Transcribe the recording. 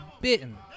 bitten